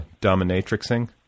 dominatrixing